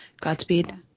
godspeed